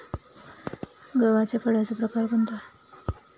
गव्हाच्या फळाचा प्रकार कोणता?